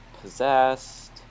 possessed